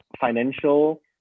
financial